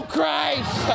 Christ